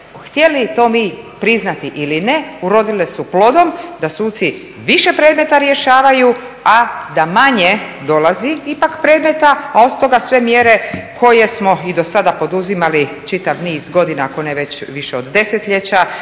htjeli to mi priznati ili ne, urodile su plodom, da suci više predmeta rješavaju, a da manje dolazi ipak predmeta, a osim toga sve mjere koje smo i sada poduzimali čitav niz godina, ako ne već više od desetljeća,